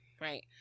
Right